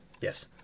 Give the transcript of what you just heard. Yes